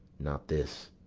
not this,